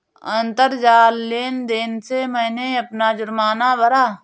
अंतरजाल लेन देन से मैंने अपना जुर्माना भरा